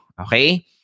Okay